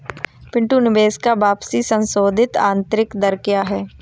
पिंटू निवेश का वापसी संशोधित आंतरिक दर क्या है?